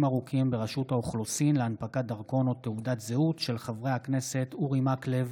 זמינים להנפקת דרכונים ותעודות זהות במשרד הפנים,